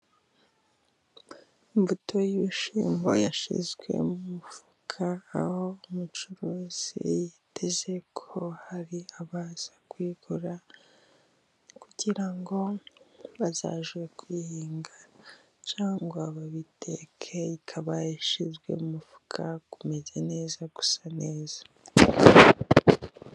Imbuto y'ibishyimbo yashyizwe mu mufuka aho umucuruzi yiteze ko hari abaza kuyigura, kugira ngo bazajye guhinga cyangwa babiteke. Ikaba yashyizwe mu mufuka umeze neza, usa neza.